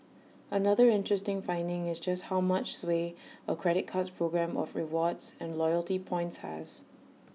another interesting finding is just how much sway A credit card's programme of rewards and loyalty points has